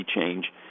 change